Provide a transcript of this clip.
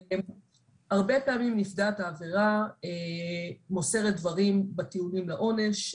הרבה פעמים נפגעת העבירה מוסרת דברים בטיעונים לעונש,